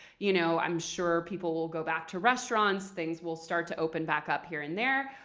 you know i'm sure people will go back to restaurants. things will start to open back up here and there.